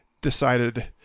decided